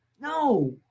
No